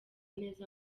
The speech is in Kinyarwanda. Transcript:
neza